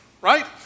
Right